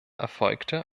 erfolgte